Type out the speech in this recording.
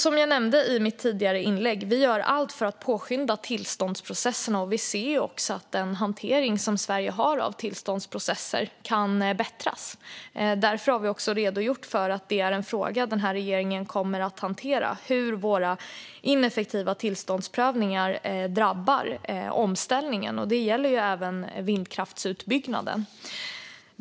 Som jag nämnde i mitt tidigare inlägg gör vi allt för att påskynda tillståndsprocesserna. Vi ser också att den hantering av tillståndsprocesser som Sverige har kan förbättras. Därför har vi redogjort för att en fråga som den här regeringen kommer att hantera är hur våra ineffektiva tillståndsprövningar drabbar omställningen. Det gäller även vindkraftsutbyggnaden.